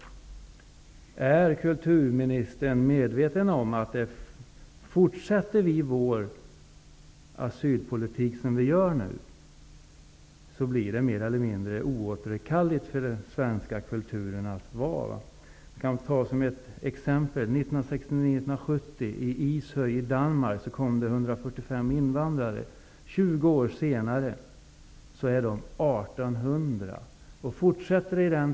Är kulturministern medveten om att om vi fortsätter med vår asylpolitik, blir slutet för vår svenska kultur mer eller mindre oåterkalleligt? Jag skall nämna ett exempel. Under 1969--1970 kom det 145 invandrare till Ishöj i Danmark. 20 år senare uppgår antalet invandrare till 1 800.